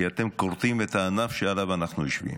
כי אתם כורתים את הענף שעליו אנחנו יושבים.